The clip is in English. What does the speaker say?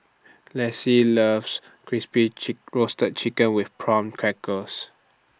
Lessie loves Crispy chick Roasted Chicken with Prawn Crackers